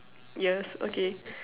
years okay